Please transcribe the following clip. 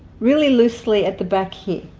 really loosely at the back here